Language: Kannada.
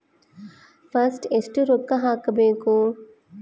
ಫಸ್ಟ್ ಎಷ್ಟು ರೊಕ್ಕ ಹಾಕಬೇಕು?